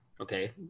Okay